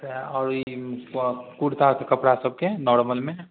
तऽ आओर ई कुरता कपड़ा सबके नॉरमलमे